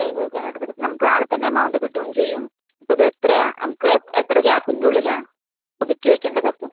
ചെയ്ത് വെയ്ക്കാനായിട്ട് പറ്റും നമുക്ക് നാളെത്തന്നെ എമൗണ്ട് കിട്ടുകയും ചെയ്യും അപ്പോള് അതെത്ര നമുക്ക് എത്ര ഗ്യാപ്പിന്റെ ഉള്ളിലാണ് പുതുക്കി വയ്ക്കണ്ടതൊക്കെ